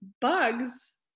bugs